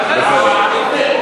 ועדת הכנסת תחליט.